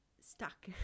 stuck